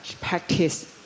practice